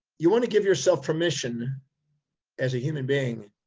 you want to give yourself permission as a human being